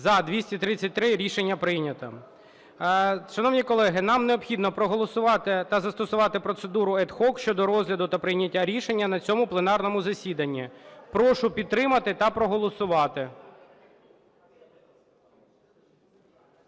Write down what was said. За-233 Рішення прийнято. Шановні колеги, нам необхідно проголосувати та застосувати процедуру ad hoc щодо розгляду та прийняття рішення на цьому пленарному засіданні. Прошу підтримати та проголосувати.